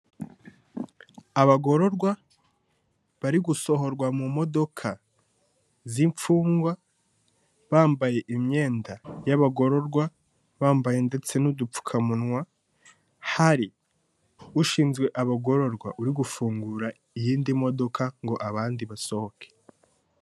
Abagororwa bari gusohorwa mu modoka z'imfungwa, bambaye imyenda y'abagororwa, bambaye ndetse n'udupfukamunwa, hari ushinzwe abagororwa uri gufungura iyindi modoka ngo abandi basohoke.